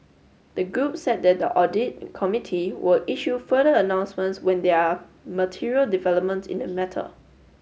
the group said that the audit committee will issue further announcements when there are material developments in the matter